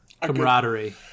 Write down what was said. camaraderie